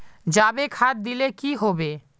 जाबे खाद दिले की होबे?